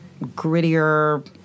grittier